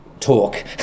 talk